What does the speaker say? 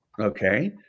Okay